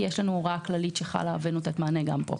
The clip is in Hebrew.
כי יש הוראה כללית שחלה, ונותנת מענה גם פה.